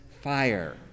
fire